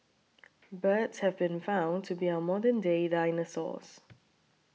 birds have been found to be our modern day dinosaurs